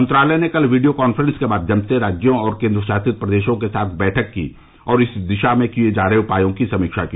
मंत्रालय ने कल वीडियो कांफ्रेंस के माध्यम से राज्यों और केन्द्रशासित प्रदेशों के साथ बैठक की और इस दिशा में किए जा रहे उपायों की समीक्षा की